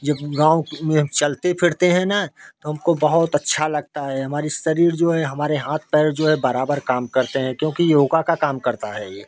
जब गाँव की में हम चलते फिरते है ना तो हमको बहुत अच्छा लगता है हमारी शरीर जो है हमारे हाथ पैर जो है बराबर काम करते हैं क्योंकि योगा का काम करता है ये